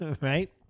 Right